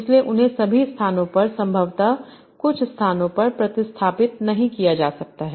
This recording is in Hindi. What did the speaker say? इसलिए उन्हें सभी स्थानों पर संभवतः कुछ स्थानों पर प्रतिस्थापित नहीं किया जा सकता है